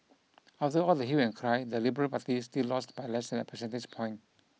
after all the hue and cry the liberal party still lost by less than a percentage point